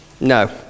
no